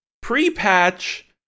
Pre-patch